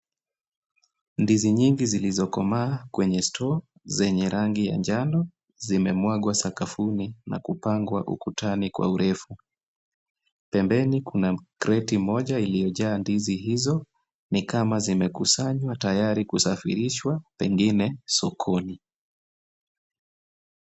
Ndizi nyingi zilizokomaa kwenye store zenye rangi ya njano, zimemwangwa sakafuni na kupangwa ukutani kwa urefu. Pembeni kuna kreti moja iliyojaa ndizi hizo , ni kama zimekusanywa tayari kusafirishwa pengine sokoni.